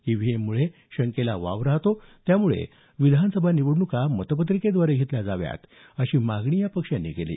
ईव्हीएममुळे शंकेला वाव राहतो यामुळे विधानसभा निवडणुका मतपत्रिकेद्वारे घेतल्या जाव्यात अशी मागणी या पक्षांनी केली